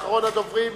אחרון הדוברים,